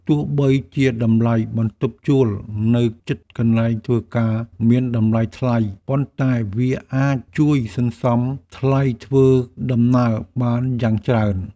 ទោះបីជាតម្លៃបន្ទប់ជួលនៅជិតកន្លែងធ្វើការមានតម្លៃថ្លៃ ប៉ុន្តែវាអាចជួយសន្សំថ្លៃធ្វើដំណើរបានយ៉ាងច្រើន។